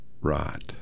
rot